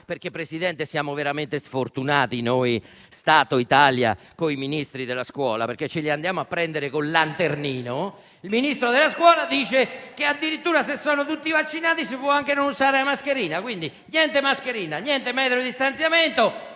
- Presidente, siamo veramente sfortunati noi in Italia con i ministri della scuola, perché ce li andiamo a prendere con il lanternino - dice che se in classe sono tutti vaccinati si può anche non usare la mascherina. Quindi niente mascherina, niente metro di distanziamento